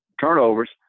turnovers